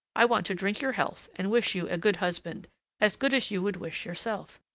i want to drink your health and wish you a good husband as good as you would wish yourself.